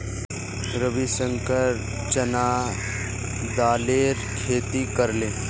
रविशंकर चना दालेर खेती करले